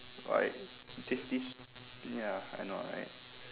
like this this ya I know right